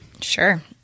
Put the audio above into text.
Sure